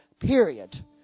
period